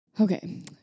Okay